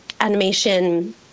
animation